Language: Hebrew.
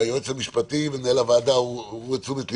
היועץ המשפטי ומנהל הוועדה הביאו לתשומת ליבי,